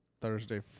Thursday